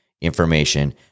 information